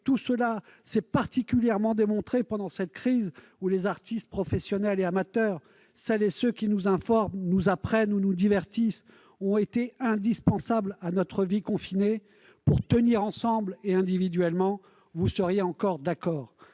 tout cela s'est particulièrement démontré pendant cette crise, où les artistes, professionnels et amateurs, celles et ceux qui nous informent, nous apprennent ou nous divertissent ont été indispensables à notre vie confinée pour tenir ensemble et individuellement, vous seriez encore d'accord.